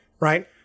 right